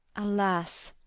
alas,